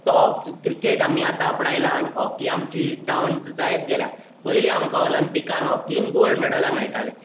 तो क्रिकेट आमी आतां आपणायला आनी हॉकी आमची ती डाउन जायत गेल्या पयलीं आमकां ऑल्मपिकांत गोल्ड मॅडलां मेळटालीं